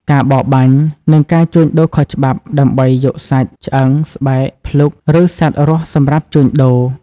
ការបរបាញ់ និងការជួញដូរខុសច្បាប់ ដើម្បីយកសាច់ ឆ្អឹង ស្បែក ភ្លុក ឬសត្វរស់សម្រាប់ជួញដូរ។